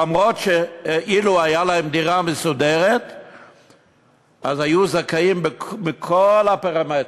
אף-על-פי שאילו הייתה להם דירה מסודרת הם היו זכאים בכל הפרמטרים,